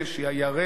היא הירח,